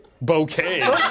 Bouquet